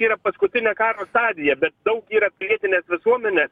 yra paskutinė karo stadija bet daug yra pilietinės visuomenės